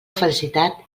felicitat